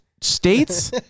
states